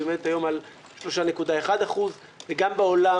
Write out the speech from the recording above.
והיא עומדת היום על 3.1%. וגם בעולם,